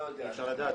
אי אפשר לדעת.